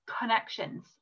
connections